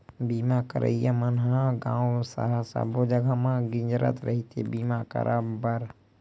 बीमा करइया मन ह गाँव सहर सब्बो जगा म गिंजरत रहिथे बीमा करब बर